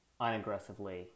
unaggressively